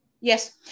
Yes